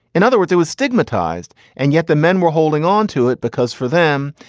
in other words, it was stigmatized. and yet the men were holding onto it because for them,